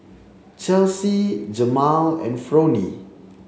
Chelsy Jemal and Fronie